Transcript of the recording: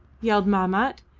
yelled mahmat.